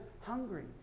hungry